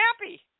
happy